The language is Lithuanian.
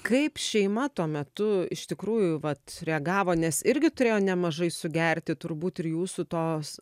kaip šeima tuo metu iš tikrųjų vat reagavo nes irgi turėjo nemažai sugerti turbūt ir jūsų tos